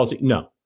no